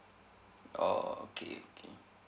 orh okay okay